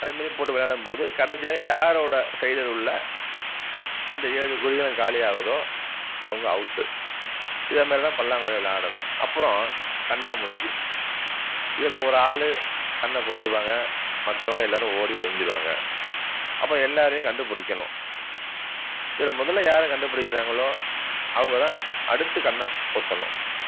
அது மாதிரி போட்டு விளையாடும்போது கடைசியாக யாரோட சைடில் உள்ள அந்த ஏழு குழிகளும் காலி ஆகுதோ அவங்க அவுட்டு இதே மாதிரிதான் பல்லாங்குழி விளாடணும் அப்புறம் கண்ணாம்மூச்சி இதில் ஒரு ஆள் கண்ணை பொத்திப்பாங்க மற்றவங்க எல்லாேரும் ஓடி ஒழிஞ்சுருவாங்க அப்புறம் எல்லாேரையும் கண்டுபிடிக்கணும் இதில் முதல்ல யாரு கண்டு பிடிக்கிறாங்களோ அவங்கதான் அடுத்து கண்ணை பொத்தணும்